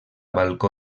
balcó